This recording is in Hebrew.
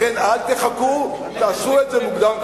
לכן אל תחכו ותעשו את זה מוקדם ככל האפשר.